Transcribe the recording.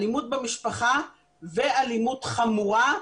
אלימות במשפחה ואלימות חמורה,